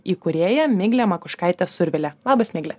įkūrėja miglė makuškaitė survilė labas migle